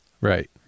Right